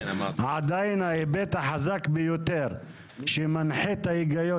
עדיין ההיבט החזק ביותר שמנחה את ההיגיון